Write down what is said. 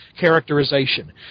characterization